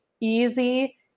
easy